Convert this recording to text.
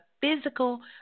physical